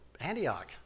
Antioch